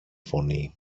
φωνή